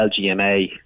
LGMA